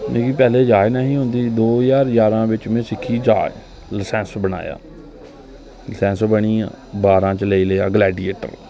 मिगी जाच नेईं ही ओंदी ते दो हजार ग्याराह् बिच में सिक्खी जाच लाईसैंस बनाया लाईसैंस बनी आ बारां च लेई लेआ ग्लैडिएटर